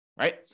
right